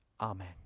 Amen